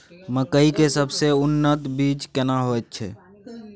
मकई के सबसे उन्नत बीज केना होयत छै?